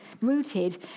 rooted